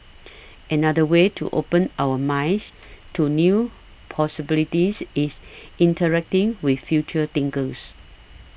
another way to open our minds to new possibilities is interacting with future thinkers